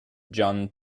john